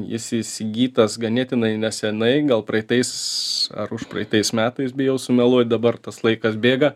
jis įsigytas ganėtinai nesenai gal praeitais ar užpraeitais metais bijau sumeluot dabar tas laikas bėga